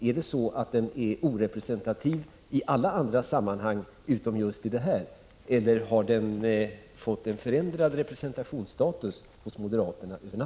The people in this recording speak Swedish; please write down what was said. Är det så att den är orepresentativ i alla andra sammanhang utom i just detta, eller har den över natten fått en förändrad representationsstatus hos moderaterna?